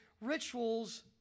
rituals